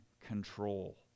control